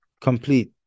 complete